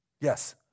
Yes